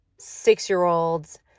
six-year-olds